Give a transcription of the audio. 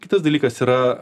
kitas dalykas yra